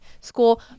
school